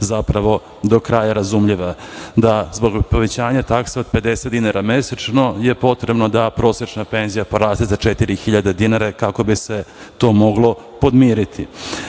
zapravo do kraja razumljiva, da zbog povećanja od 50 dinara mesečno je potrebno da prosečna penzija poraste za 4.000 dinara kako bi se to moglo podmiriti.